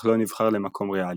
אך לא נבחר למקום ראלי.